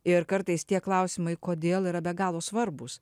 ir kartais tie klausimai kodėl yra be galo svarbūs